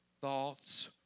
thoughts